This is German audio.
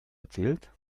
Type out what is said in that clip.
erzählt